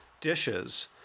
dishes